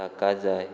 ताका जाय